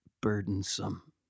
burdensome